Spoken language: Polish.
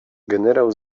generał